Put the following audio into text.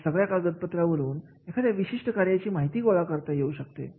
या सगळ्या कागदपत्रांवरून एखाद्या विशिष्ट कार्याची माहिती गोळा करता येऊ शकते